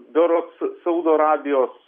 berods saudo arabijos